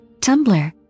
Tumblr